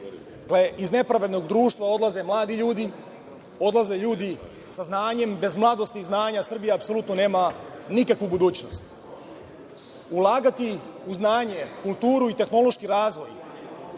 Iz nepravednog društva odlaze mladi ljudi, odlaze ljudi sa znanjem. Bez mladosti i znanja Srbija apsolutno nema nikakvu budućnost. Ulagati u znanje, kulturu i tehnološki razvoj,